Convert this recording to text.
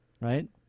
right